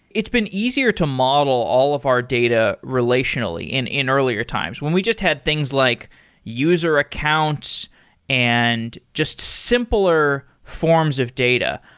it's been easier to model all of our data relationally in in earlier times when we had things like user accounts and just simpler forms of data.